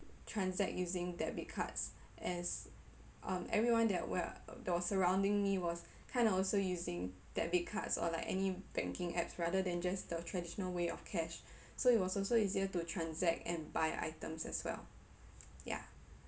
transact using debit cards as um everyone that were that was surrounding me was kind of also using debit cards or like any banking apps rather than just the traditional way of cash so it was also easier to transact and buy items as well yeah